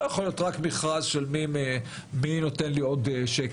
לא יכול להיות רק מכרז של מי נותן לי עוד שקל.